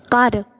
ਘਰ